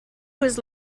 was